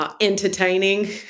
Entertaining